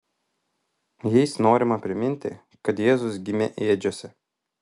jais norima priminti kad jėzus gimė ėdžiose